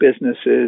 businesses